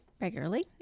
regularly